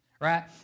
right